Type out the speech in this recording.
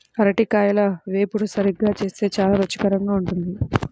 అరటికాయల వేపుడు సరిగ్గా చేస్తే చాలా రుచికరంగా ఉంటుంది